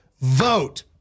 vote